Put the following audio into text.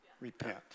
repent